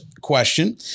question